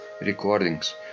recordings